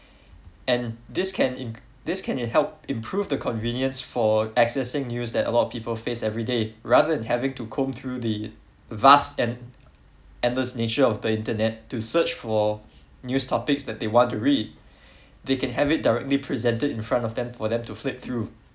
and this can in~ this can help improve the convenience for accessing news that a lot of people faced everyday rather than having to comb through the vast and endless nature of the internet to search for news topics that they want to read they can have it directly presented in front of them for them to flip through